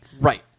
Right